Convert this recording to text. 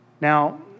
Now